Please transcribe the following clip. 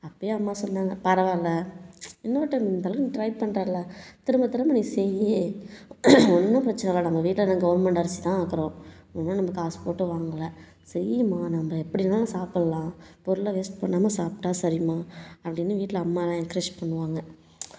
அப்பவே அம்மா சொன்னாங்க பரவாயில்லை இன்னொரு டைம் இந்தளவு நீ ட்ரை பண்றல்ல திரும்ப திரும்ப நீ செய் ஒன்றும் பிரச்சனை வேணாம் நம்ம வீட்டில என்ன கவர்மெண்ட் அரிசி தான் ஆக்குறோம் இன்னும் நம்ம காஸ் போட்டு வாங்கலை செய்யுமா நம்ம எப்படி இருந்தாலும் சாப்புடலாம் பொருளை வேஸ்ட் பண்ணாமல் சாப்பிட்டா சரிம்மா அப்படினு வீட்டில அம்மாலாம் என்க்ரேஜ் பண்ணுவாங்க